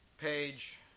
page